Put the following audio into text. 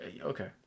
Okay